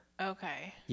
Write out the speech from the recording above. Okay